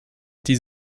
die